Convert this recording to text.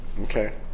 Okay